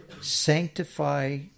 sanctify